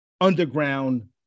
underground